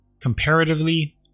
comparatively